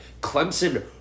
Clemson